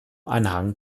anhang